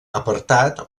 apartat